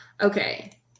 Okay